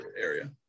area